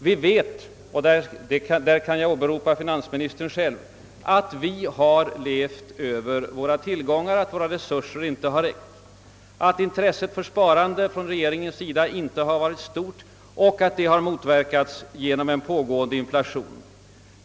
Vi vet också — och därvidlag kan jag åberopa finansministern själv — att vi har levat över våra tillgångar, att våra resurser inte har räckt till, att intresset för sparande från regeringens sida inte har varit stort och att det har motverkats genom en pågående inflation.